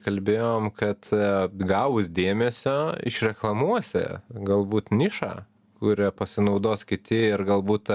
kalbėjom kad atgavus dėmesio išreklamuosi galbūt nišą kuria pasinaudos kiti ir galbūt